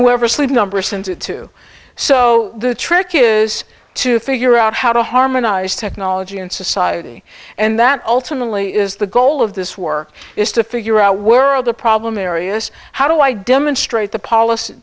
sleep number sends it to so the trick is to figure out how to harmonize technology and society and that ultimately is the goal of this war is to figure out where are the problem areas how do i demonstrate the policy